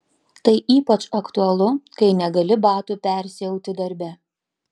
tai ypač aktualu kai negali batų persiauti darbe